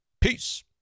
Peace